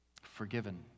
Forgiven